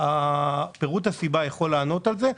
בהחלט שפירוט הסיבה יכול לענות על זה,